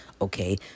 okay